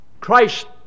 Christ